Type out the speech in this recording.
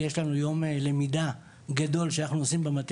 יש לנו יום למידה שאנחנו עושים במטה